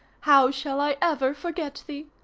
how shall i ever forget thee?